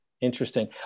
Interesting